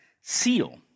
seal